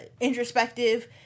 introspective